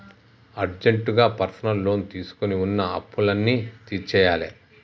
అర్జెంటుగా personal loan తీసుకొని వున్న అప్పులన్నీ తీర్చేయ్యాలే